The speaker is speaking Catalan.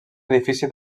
edifici